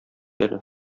әле